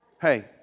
Hey